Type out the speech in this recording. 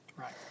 Right